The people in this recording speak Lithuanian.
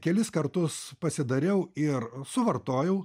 kelis kartus pasidariau ir suvartojau